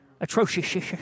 atrocious